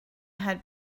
had